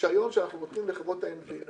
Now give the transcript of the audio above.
ברישיון שאנחנו נותנים לחברות ה-NVNO.